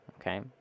Okay